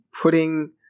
putting